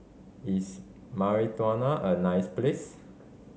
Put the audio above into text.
is Mauritania a nice place